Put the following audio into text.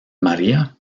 maría